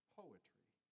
poetry